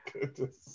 goodness